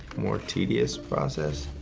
more tedious process.